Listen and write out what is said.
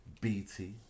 BT